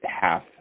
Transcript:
half